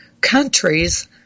countries